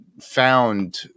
found